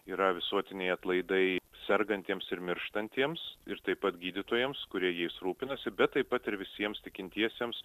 yra visuotiniai atlaidai sergantiems ir mirštantiems ir taip pat gydytojams kurie jais rūpinosi bet taip pat ir visiems tikintiesiems